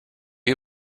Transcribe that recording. you